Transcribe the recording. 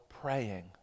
praying